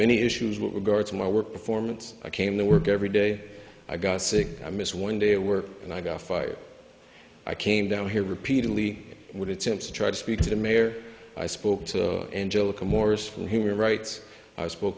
any issues with regard to my work performance i came to work every day i got sick i missed one day of work and i got fired i came down here repeatedly would attempt to try to speak to the mayor i spoke to angelica morris from human rights i spoke